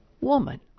woman